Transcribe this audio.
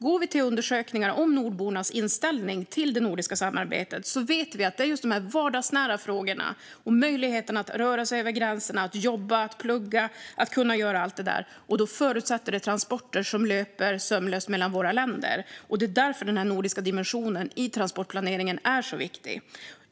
Om vi går till undersökningar om nordbornas inställning till det nordiska samarbetet vet vi att det handlar om de vardagsnära frågorna, möjligheten att röra sig över gränserna, jobba och plugga. Det förutsätter transporter som löper sömlöst mellan våra länder. Det är därför den nordiska dimensionen i transportplaneringen är så viktig.